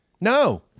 No